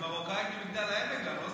זו מרוקאית ממגדל העמק, לא סתם.